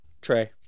Trey